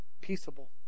peaceable